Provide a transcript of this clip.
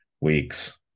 weeks